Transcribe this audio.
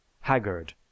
Haggard